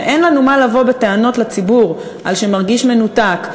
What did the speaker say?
שאין לנו מה לבוא בטענות לציבור על שהוא מרגיש מנותק,